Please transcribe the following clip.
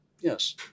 Yes